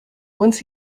once